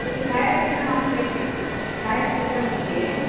तद् छायाचित्रं अहं प्रेषय् छायाचित्रं अस्ति